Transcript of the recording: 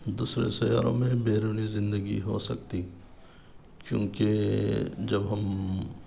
دوسرے سیاروں میں بیرونی زندگی ہو سکتی کیوںکہ جب ہم